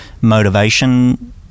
motivation